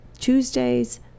Tuesdays